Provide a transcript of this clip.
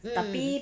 mm